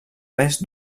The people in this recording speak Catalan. més